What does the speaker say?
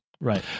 Right